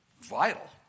vital